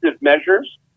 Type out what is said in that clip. measures